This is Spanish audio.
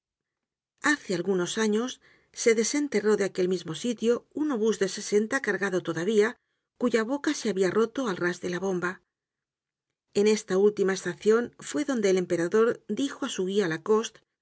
hace algunos años se desenterró de aquel mismo sitio un obus de sesenta cargado todavía cuya boca se habia roto al ras de la bomba en esta última estacion fue donde el emperador dijo á su guia lacoste